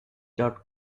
dot